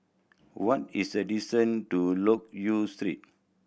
what is the distance to Loke Yew Street